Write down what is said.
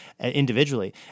individually